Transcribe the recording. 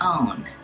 own